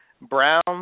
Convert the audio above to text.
brown